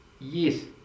yes